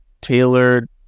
tailored